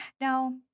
Now